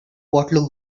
bottle